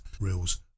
reels